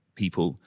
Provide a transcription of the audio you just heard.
people